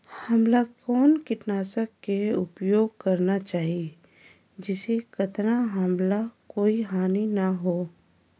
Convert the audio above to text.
हमला कौन किटनाशक के उपयोग करन चाही जिसे कतना हमला कोई हानि न हो?